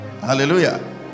Hallelujah